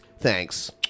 Thanks